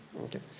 Okay